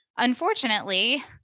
Unfortunately